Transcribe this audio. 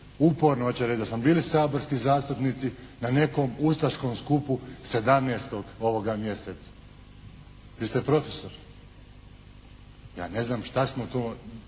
uporno hoće reći da smo bili saborski zastupnici na nekom ustaškom skupu 17. ovoga mjeseca. Vi ste profesor, ja ne znam šta smo to